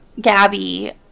Gabby